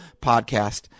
podcast